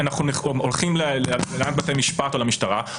לפעמים הוא גם בא לחשוף התנהלות לקויה ולא חוקית של המשטרה.